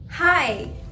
Hi